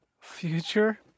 Future